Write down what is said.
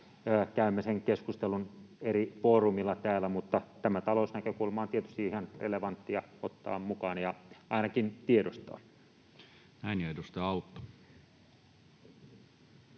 käymme sen keskustelun eri foorumilla täällä, mutta tämä talousnäkökulma on tietysti ihan relevanttia ottaa mukaan ja ainakin tiedostaa. Arvoisa edustaja